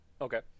Okay